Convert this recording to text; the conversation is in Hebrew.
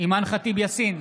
אימאן ח'טיב יאסין,